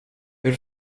hur